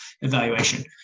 evaluation